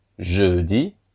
jeudi